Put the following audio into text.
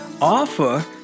offer